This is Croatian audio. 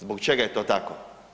Zbog čega je to tako?